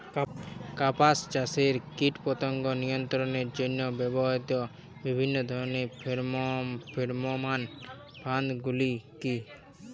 কাপাস চাষে কীটপতঙ্গ নিয়ন্ত্রণের জন্য ব্যবহৃত বিভিন্ন ধরণের ফেরোমোন ফাঁদ গুলি কী?